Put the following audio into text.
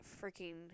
freaking